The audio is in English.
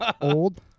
old